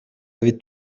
avez